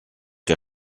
der